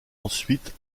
ensuite